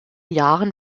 jahren